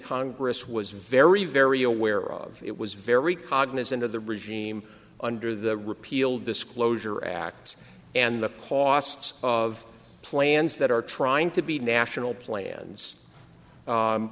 congress was very very aware of it was very cognizant of the regime under the repeal disclosure act and the costs of plans that are trying to be national plans